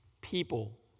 people